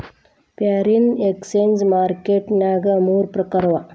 foreign exchange market ನ್ಯಾಗ ಮೂರ್ ಪ್ರಕಾರವ